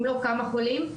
אם לא כמה חולים.